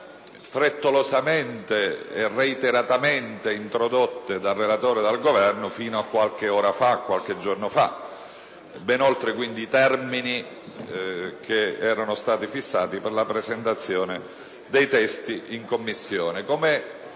frettolosamente e reiteratamente introdotte dal relatore e dal Governo fino a qualche ora fa: ben oltre, quindi, i termini fissati per la presentazione dei testi in Commissione.